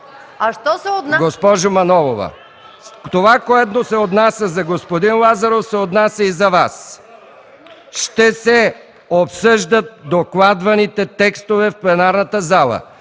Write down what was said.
А що се отнася…